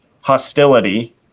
hostility